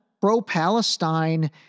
pro-Palestine